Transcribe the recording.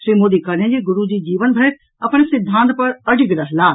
श्री मोदी कहलनि जे गुरूजी जीवन भरि अपन सिद्धान्त पर अडिग रहलाह